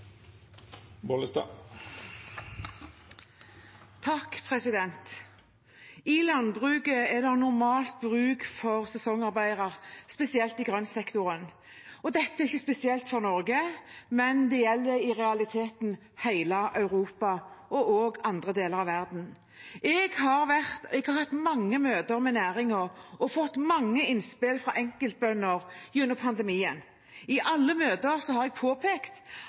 I landbruket er det normalt bruk for sesongarbeidere, spesielt i grøntsektoren. Dette er ikke spesielt for Norge. Det gjelder i realiteten hele Europa og også andre deler av verden. Jeg har hatt mange møter med næringen og fått mange innspill fra enkeltbønder gjennom pandemien. I alle møter har jeg påpekt